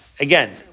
Again